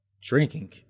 drinking